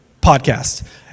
Podcast